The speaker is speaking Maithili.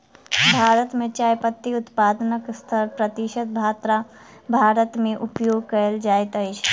भारत मे चाय पत्ती उत्पादनक सत्तर प्रतिशत भारत मे उपयोग कयल जाइत अछि